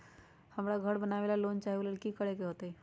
हमरा घर बनाबे ला लोन चाहि ओ लेल की की करे के होतई?